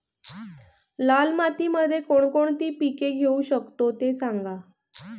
लाल मातीमध्ये कोणकोणती पिके घेऊ शकतो, ते सांगा